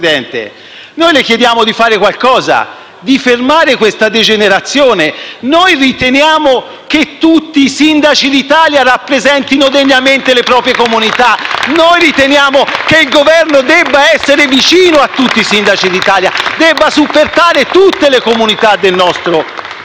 Noi le chiediamo di fare qualcosa, di fermare questa degenerazione. Noi riteniamo che tutti i sindaci d'Italia rappresentino degnamente le proprie comunità *(Applausi dal Gruppo PD)*. Noi riteniamo che il Governo debba essere vicino a tutti i sindaci d'Italia, e debba supportare tutte le comunità del nostro Paese.